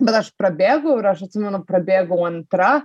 bet aš prabėgau ir aš atsimenu prabėgau antra